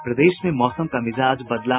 और प्रदेश में मौसम का मिजाज बदला